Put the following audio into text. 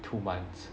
two months